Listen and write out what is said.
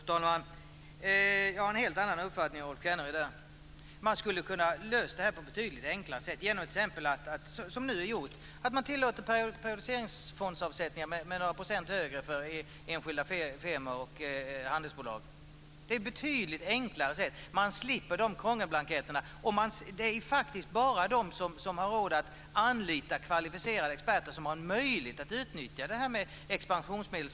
Fru talman! Jag har en helt annan uppfattning än Rolf Kenneryd. Man skulle ha kunnat lösa detta på ett betydligt enklare sätt, t.ex. genom att, som nu är gjort, man tillåter några procent högre periodiseringsfondsavsättningar för enskilda firmor och handelsbolag. Det är betydligt enklare. Man slipper de krångliga blanketterna. Det är faktiskt bara de som har råd att anlita kvalificerade experter som har en möjlighet att utnyttja avsättningar av expansionsmedel.